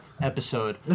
episode